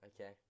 Okay